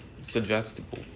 suggestible